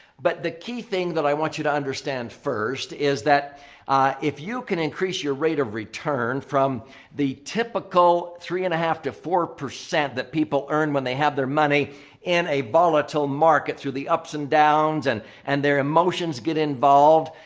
but the key thing that i want you to understand first is that if you can increase your rate of return from the typical three and a half to four percent that people earn when they have their money in a volatile market through the ups and downs and downs and their emotions get involved.